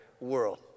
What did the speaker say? world